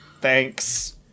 Thanks